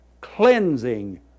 cleansing